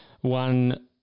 One